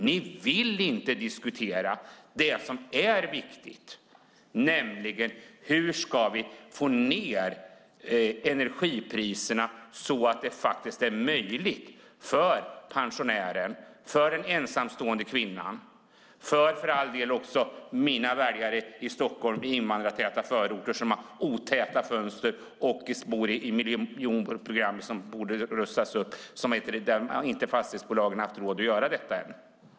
Ni vill inte diskutera det som är viktigt, nämligen hur vi ska få ned energipriserna för pensionärer, för en ensamstående kvinna, för all del också för mina väljare i invandrartäta förorter till Stockholm som har otäta fönster och bor i miljonprogramsområden som borde rustas upp men som fastighetsbolagen inte har haft råd att göra än.